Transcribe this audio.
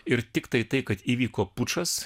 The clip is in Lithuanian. ir tiktai tai kad įvyko pučas